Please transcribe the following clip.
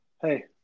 Hey